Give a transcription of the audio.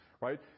right